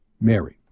Mary